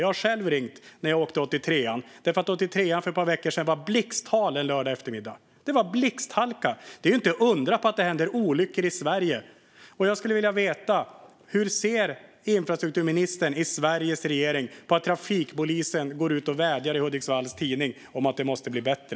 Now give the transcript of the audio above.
Jag har själv ringt när jag åkt 83:an, som var blixthal en lördagseftermiddag för ett par veckor sedan. Det var blixthalka! Inte undra på att det händer olyckor i Sverige. Jag skulle vilja veta hur infrastrukturministern i Sveriges regering ser på att trafikpolisen går ut och vädjar i Hudiksvalls tidning att det måste bli bättre.